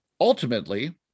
ultimately